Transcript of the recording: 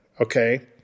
okay